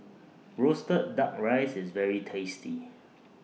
Roasted Duck Rice IS very tasty